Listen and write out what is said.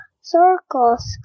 circles